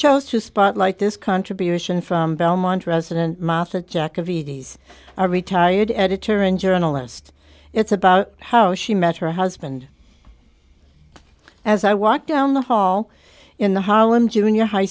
chose to spot like this contribution from belmont resident master jack of e d s our retired editor and journalist it's about how she met her husband as i walk down the hall in the harlem junior high